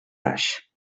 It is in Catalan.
baix